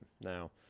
Now